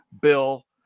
Bill